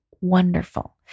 wonderful